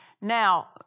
Now